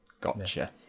Gotcha